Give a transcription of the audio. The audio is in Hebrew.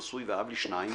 נשוי ואב לשניים,